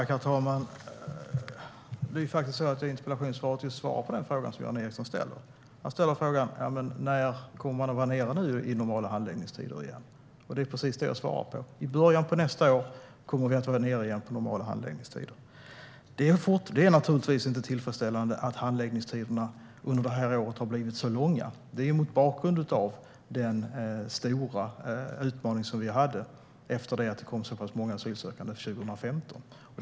Herr talman! Interpellationssvaret gav ju svar på Jan Ericsons fråga. Han ställde frågan när man kommer att vara nere i normala handläggningstider igen, och det är precis den jag har svarat på. I början av nästa år kommer vi att vara nere på normala handläggningstider igen. Det är naturligtvis inte tillfredsställande att handläggningstiderna har blivit så långa under det här året. Det har skett mot bakgrund av den stora utmaning vi hade när det kom så pass många asylsökande 2015.